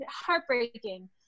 heartbreaking